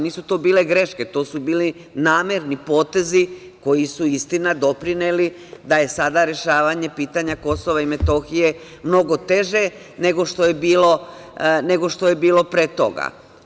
Nisu to bile greške, to su bili namerni potezi koji su istina doprineli da je sada rešavanje pitanja KiM mnogo teže nego što je bilo pre toga.